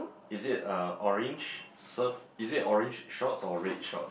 is it a orange surf is it orange shorts or red shorts